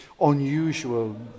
unusual